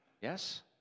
Yes